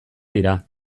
dira